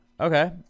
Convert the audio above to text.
Okay